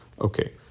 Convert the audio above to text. Okay